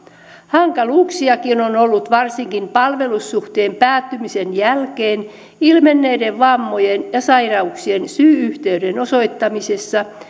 hankaluuksiakin on ollut varsinkin palvelussuhteen päättymisen jälkeen ilmenneiden vammojen ja sairauksien syy yhteyden osoittamisessa